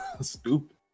Stupid